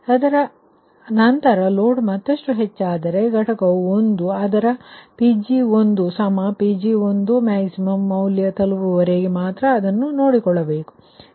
ಅದರ ನಂತರ ಲೋಡ್ ಮತ್ತಷ್ಟು ಹೆಚ್ಚಾದರೆ ಈ ಘಟಕವು 1 ಅದರ Pg1Pg1max ಮೌಲ್ಯಕ್ಕೆ ತಲುಪುವವರೆಗೂ ಮಾತ್ರ ಅದನ್ನು ನೋಡಿಕೊಳ್ಳಬೇಕು